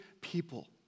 people